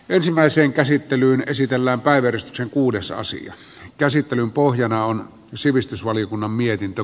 ensimmäiseen käsittelyyn esitellään päivätyssä uudessa asian käsittelyn pohjana on sivistysvaliokunnan mietintö